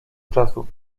czasu